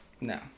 No